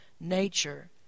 nature